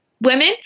women